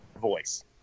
voice